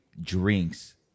drinks